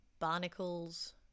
Barnacles